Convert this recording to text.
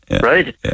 Right